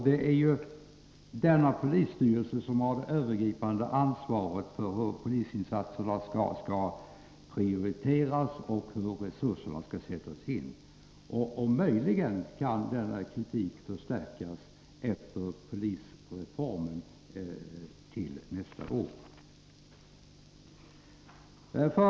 Det är ju denna polisstyrelse som har det övergripande ansvaret för hur polisinsatserna skall prioriteras och hur resurserna skall sättas in. Möjligen kan denna kritik komma att förstärkas efter polisreformen nästa år.